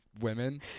women